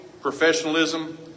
professionalism